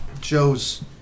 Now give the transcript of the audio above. Joe's